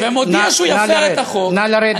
נא לרדת.